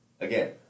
Again